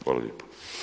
Hvala lijepo.